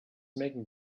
making